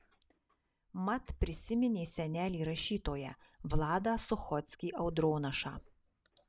mat prisiminė senelį rašytoją vladą suchockį audronašą